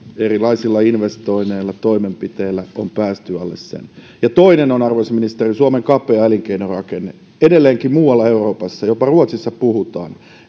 erilaisilla investoinneilla toimenpiteillä on päästy alle sen toiseksi arvoisa ministeri suomen kapea elinkeinorakenne edelleenkin muualla euroopassa jopa ruotsissa puhutaan